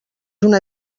una